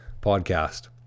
podcast